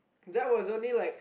that was only like